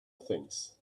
things